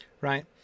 right